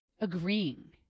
agreeing